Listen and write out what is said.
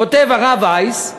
כותב הרב וייס,